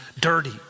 dirty